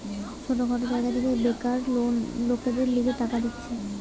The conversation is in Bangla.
ছোট খাটো জায়গা থেকে বেকার লোকদের লিগে টাকা দিতেছে